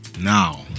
now